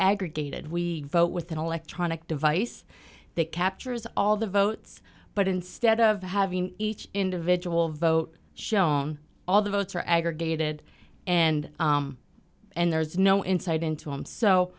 aggregated we vote with an electronic device that captures all the votes but instead of having each individual vote shown all the votes are aggregated and and there's no insight into him so